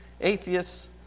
atheists